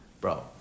bro